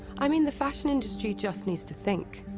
i mean, the fashion industry just needs to think.